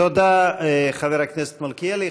תודה, חבר הכנסת מלכיאלי.